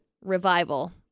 Revival